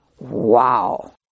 Wow